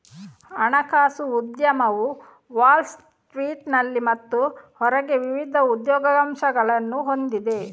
ಹಣಕಾಸು ಉದ್ಯಮವು ವಾಲ್ ಸ್ಟ್ರೀಟಿನಲ್ಲಿ ಮತ್ತು ಹೊರಗೆ ವಿವಿಧ ಉದ್ಯೋಗಾವಕಾಶಗಳನ್ನು ಹೊಂದಿದೆ